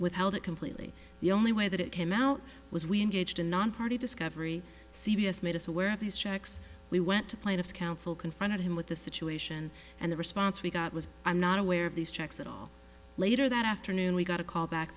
withheld it completely the only way that it came out was we engaged in nonparty discovery c b s made us aware of these checks we went to plaintiff's counsel confronted him with the situation and the response we got was i'm not aware of these checks at all later that afternoon we got a call back